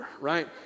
right